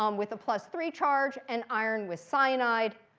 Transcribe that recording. um with a plus three charge, and iron with cyanide,